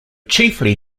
chiefly